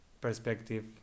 perspective